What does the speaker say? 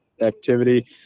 activity